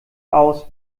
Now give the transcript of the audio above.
aus